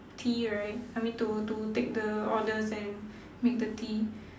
tea right I mean to to take the orders and make the tea